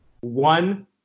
one